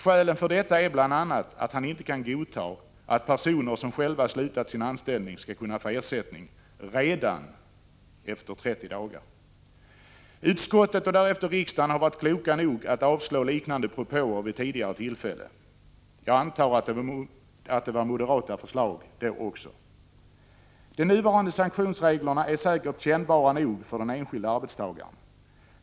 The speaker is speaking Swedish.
Skälen för detta är bl.a. att han inte kan godta att personer som själva slutat sin anställning skall kunna få ersättning ”redan” efter 30 dagar. Utskottet och därefter riksdagen har vid tidigare tillfällen varit kloka nog = Prot. 1985/86:39 att avstyrka resp. avslå liknande propåer. Jag antar att det var fråga om 28 november 1985 moderata förslag också då. De nuvarande sanktionsreglerna är äkert. Z——H—- kännbara nog för den enskilde arbetstagaren.